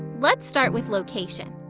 let's start with location.